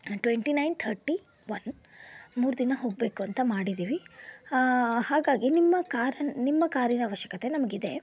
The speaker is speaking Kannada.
ಟ್ವೆಂಟಿ ನೈನ್ ಥರ್ಟಿ ವನ್ ಮೂರು ದಿನ ಹೋಗಬೇಕು ಅಂತ ಮಾಡಿದ್ದೀವಿ ಹಾಗಾಗಿ ನಿಮ್ಮ ಕಾರನ್ ನಿಮ್ಮ ಕಾರಿನ ಅವಶ್ಯಕತೆ ನಮಗಿದೆ